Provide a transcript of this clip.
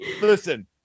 Listen